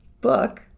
book